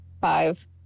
Five